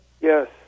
Yes